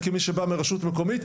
כמי שבא מהרשות המקומית,